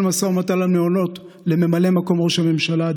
משא ומתן על מעונות לממלא מקום ראש הממשלה,